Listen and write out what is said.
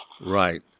right